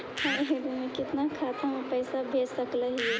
हम एक दिन में कितना खाता में पैसा भेज सक हिय?